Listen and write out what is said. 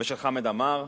ושל חמד עמאר,